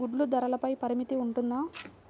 గుడ్లు ధరల పై పరిమితి ఉంటుందా?